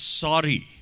sorry